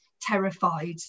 terrified